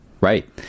Right